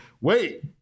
wait